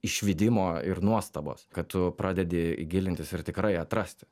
išvydimo ir nuostabos kad tu pradedi gilintis ir tikrai atrasti